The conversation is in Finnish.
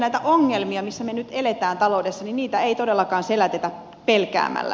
näitä ongelmia missä me nyt elämme taloudessa ei todellakaan selätetä pelkäämällä